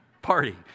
party